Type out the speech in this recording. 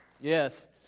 Yes